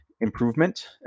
improvement